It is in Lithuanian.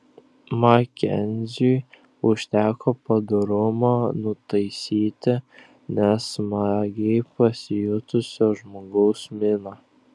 makenziui užteko padorumo nutaisyti nesmagiai pasijutusio žmogaus miną